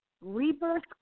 Rebirth